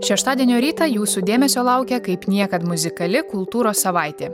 šeštadienio rytą jūsų dėmesio laukia kaip niekad muzikali kultūros savaitė